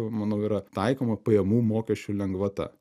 manau yra taikoma pajamų mokesčio lengvata